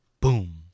Boom